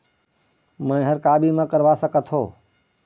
मैं हर का बीमा करवा सकत हो?